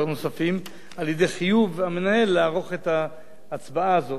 נוספים על-ידי חיוב המנהל לערוך את ההצבעה הזאת.